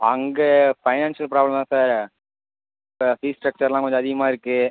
அங்கே financial problem தான் sir இப்போ ஃபீஸ் ஸ்ட்ரக்ச்சர்லாம் கொஞ்சம் அதிகமாக இருக்குது